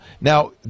Now